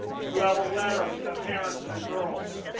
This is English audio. you have a letter from the parents of the girls.